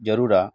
ᱡᱟᱨᱩᱲᱟ